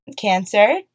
cancer